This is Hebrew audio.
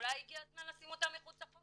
אולי הגיע הזמן לשים אותם מחוץ לחוק,